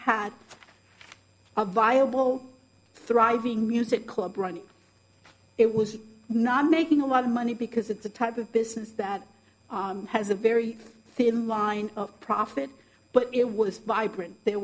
had a viable thriving music club running it was not making a lot of money because it's a type of business that has a very thin line of profit but it